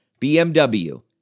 bmw